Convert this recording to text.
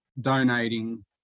donating